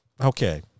Okay